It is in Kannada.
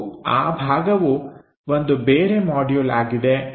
ಮತ್ತು ಆ ಭಾಗವು ಒಂದು ಬೇರೆ ಮಾಡ್ಯೂಲ್ ಆಗಿದೆ